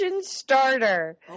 starter